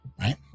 right